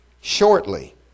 Shortly